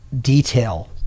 detail